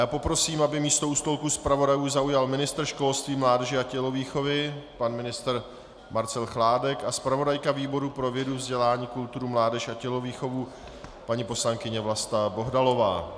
Prosím, aby místo u stolku zpravodajů zaujal ministr školství, mládeže a tělovýchovy Marcel Chládek a zpravodajka výboru pro vědu, vzdělání, kulturu, mládež a tělovýchovu, paní poslankyně Vlasta Bohdalová.